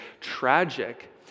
tragic